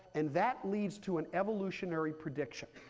and that leads to an evolutionary prediction.